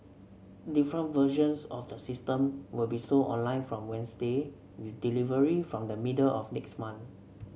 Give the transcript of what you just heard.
different versions of the system will be sold online from Wednesday with delivery from the middle of next month